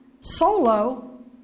solo